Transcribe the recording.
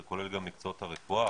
זה כולל גם מקצועות רפואה,